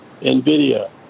Nvidia